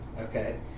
okay